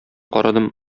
карадым